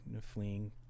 fleeing